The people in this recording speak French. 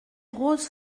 rose